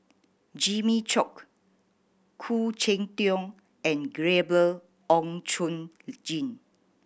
Jimmy Chok Khoo Cheng Tiong and Gabriel Oon Chong Jin